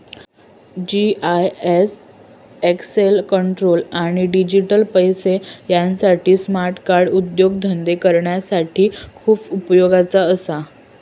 GIS access control आणि digital पैशे यासाठी स्मार्ट कार्ड उद्योगधंदे करणाऱ्यांसाठी खूप उपयोगाचा असा